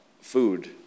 food